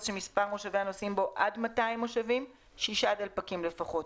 שמספר מושבי הנוסעים בו עד 200 מושבים 6 דלפקים לפחות,